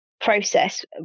process